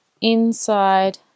inside